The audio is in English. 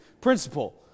principle